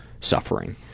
suffering